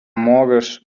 mortgage